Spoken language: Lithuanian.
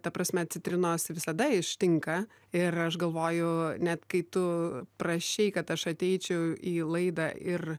ta prasme citrinos visada ištinka ir aš galvoju net kai tu prašei kad aš ateičiau į laidą ir